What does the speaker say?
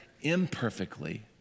imperfectly